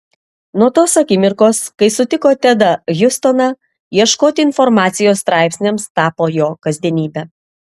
nuo tos akimirkos kai sutiko tedą hjustoną ieškoti informacijos straipsniams tapo jo kasdienybe